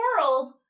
world